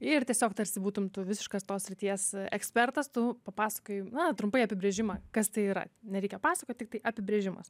ir tiesiog tarsi būtum tu visiškas tos srities ekspertas tu papasakoji na trumpai apibrėžimą kas tai yra nereikia pasakot tiktai apibrėžimas